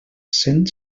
cent